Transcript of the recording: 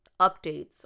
updates